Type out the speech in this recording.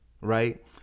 right